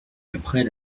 après